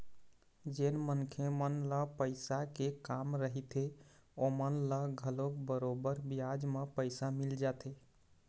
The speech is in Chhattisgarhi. जेन मनखे मन ल पइसा के काम रहिथे ओमन ल घलोक बरोबर बियाज म पइसा मिल जाथे